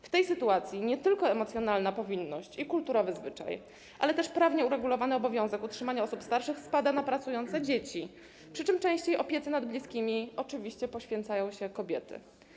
W tej sytuacji nie tylko emocjonalna powinność i kulturowy zwyczaj, ale też prawnie uregulowany obowiązek utrzymania osób starszych, spada na pracujące dzieci, przy czym częściej opiece nad bliskimi oczywiście poświęcają się kobiety.